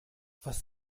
was